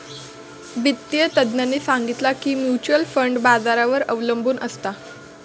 वित्तिय तज्ञांनी सांगितला की म्युच्युअल फंड बाजारावर अबलंबून असता